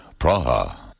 Praha